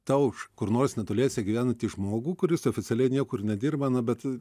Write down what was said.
tau kur nors netoliese gyvenantį žmogų kuris oficialiai niekur nedirba na bet